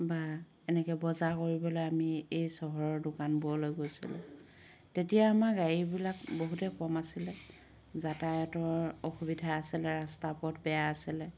বা এনেকে বজাৰ কৰিবলে আমি এই চহৰৰ দোকানবোৰলৈ গৈছিলোঁ তেতিয়া আমাৰ গাড়ীবিলাক বহুতেই কম আছিল যাতায়তৰ অসুবিধা আছিলে ৰাষ্টা পথ বেয়া আছিল